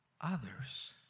others